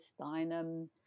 Steinem